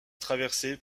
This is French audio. traversées